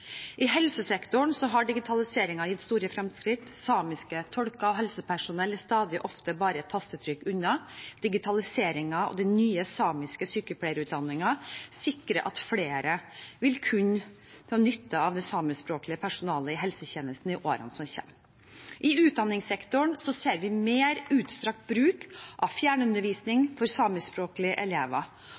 I helsesektoren har digitaliseringen gitt store fremskritt. Samiske tolker og helsepersonell er stadig oftere bare et tastetrykk unna. Digitaliseringen av den nye samiske sykepleierutdanningen sikrer at flere vil kunne ha nytte av det samiskspråklige personalet i helsetjenesten i årene som kommer. I utdanningssektoren ser vi mer utstrakt bruk av fjernundervisning for samiskspråklige elever,